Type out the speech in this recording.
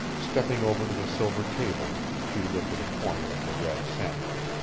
stepping over to the silver table, she lifted a corner of the red samite.